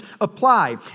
apply